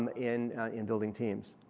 um in in building teams.